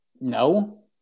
No